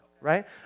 right